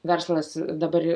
verslas dabar